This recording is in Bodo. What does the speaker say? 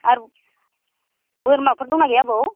आर बोरमाफोर दंना गैया आबौ